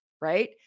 right